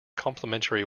complimentary